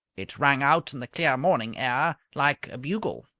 it rang out in the clear morning air like a bugle.